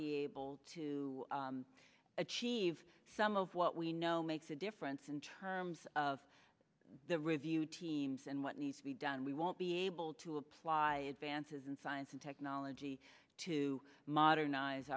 be able to achieve some of what we know makes a difference in terms of the review teams and what needs to be done we won't be able to apply vance's and science and technology to modernize